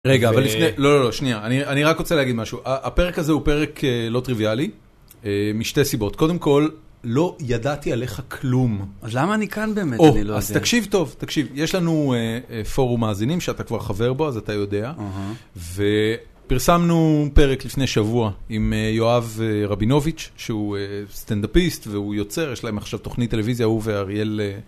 רגע, אבל לפני, לא, לא, לא, שנייה, אני רק רוצה להגיד משהו. הפרק הזה הוא פרק לא טריוויאלי, משתי סיבות. קודם כול, לא ידעתי עליך כלום. אז למה אני כאן באמת? אני לא יודע. אז תקשיב טוב, תקשיב. יש לנו פורום מאזינים שאתה כבר חבר בו, אז אתה יודע. ופרסמנו פרק לפני שבוע עם יואב רבינוביץ', שהוא סטנדאפיסט והוא יוצר, יש להם עכשיו תוכנית טלוויזיה, הוא ואריאל.